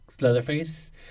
Leatherface